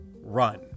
run